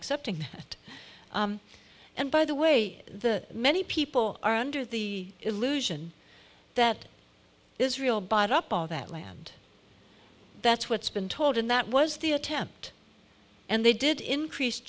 accepting it and by the way the many people are under the illusion that israel bought up all that land that's what's been told and that was the attempt and they did increase